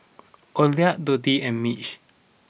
Oralia Dotty and Mitch